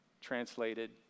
Translated